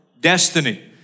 destiny